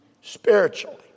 spiritually